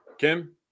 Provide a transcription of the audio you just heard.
Kim